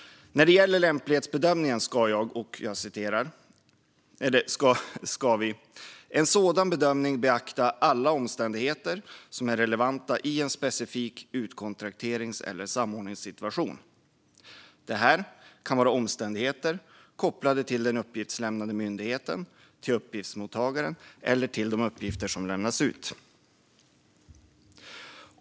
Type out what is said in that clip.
Lämplighetsbedömningen ska "beakta alla omständigheter som är relevanta i en specifik utkontrakterings eller samordningssituation. Det kan vara omständigheter kopplade till den uppgiftslämnande myndigheten, till uppgiftsmottagaren eller till de uppgifter som lämnas ut.